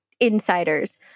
insiders